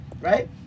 Right